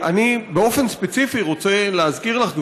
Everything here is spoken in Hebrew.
באופן ספציפי אני רוצה להזכיר לך,